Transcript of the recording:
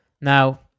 Now